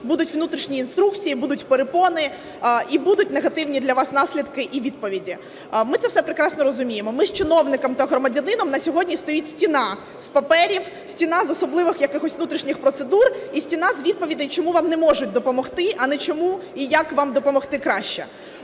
будуть внутрішні інструкції, будуть перепони і будуть негативні для вас наслідки і відповіді. Ми це все прекрасно розуміємо. Між чиновником та громадянином на сьогодні стоїть стіна з паперів, стіна з особливих якихось внутрішніх процедур і стіна з відповідей, чому вам не можуть допомогти, а не чому і як вам допомогти краще.